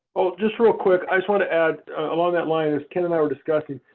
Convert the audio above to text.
just real quick, i just wanted to add along that line, as ken and i were discussing,